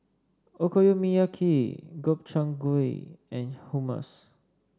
Okonomiyaki Gobchang Gui and Hummus